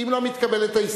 כי אם לא מתקבלת ההסתייגות,